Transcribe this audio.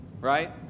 right